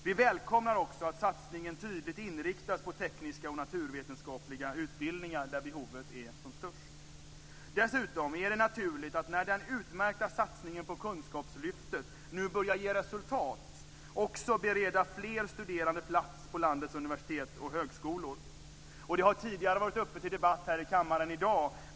Vi välkomnar också att satsningen tydligt inriktas på tekniska och naturvetenskapliga utbildningar där behovet är som störst. Dessutom är det naturligt att när den utmärkta satsningen på kunskapslyftet nu börjar ge resultat också bereda fler studerande plats på landets universitet och högskolor. Det har tidigare varit uppe till debatt här i kammaren i dag.